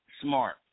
smart